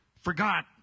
Forgot